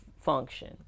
function